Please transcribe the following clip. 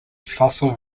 fossil